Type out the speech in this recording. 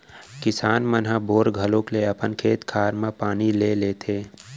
किसान मन ह बोर घलौक ले अपन खेत खार म पानी ले लेथें